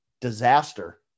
disaster